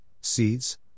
seeds